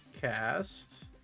cast